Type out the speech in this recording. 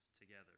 together